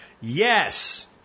Yes